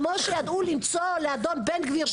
כמו שידעו למצוא לאדון בן גביר,